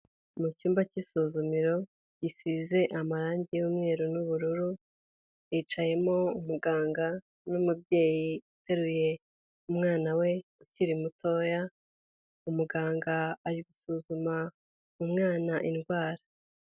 Mu cyumba cy'isuzumiro gisize amarangi y'umweru n'ubururu, hicayemo umuganga n'umubyeyi uteruye umwana we ukiri mutoya, umuganga ari gusuzuma umwana indwara.